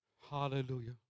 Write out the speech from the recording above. Hallelujah